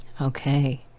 Okay